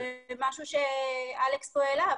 זה משהו שאלכס פה העלה,